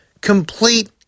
complete